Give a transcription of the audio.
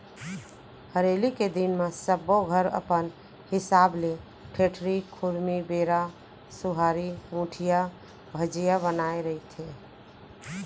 हरेली के दिन म सब्बो घर अपन हिसाब ले ठेठरी, खुरमी, बेरा, सुहारी, मुठिया, भजिया बनाए रहिथे